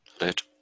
Let